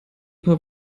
paar